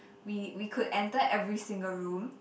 we we could enter every single room